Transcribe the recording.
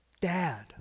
Dad